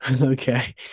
Okay